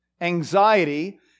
anxiety